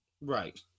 Right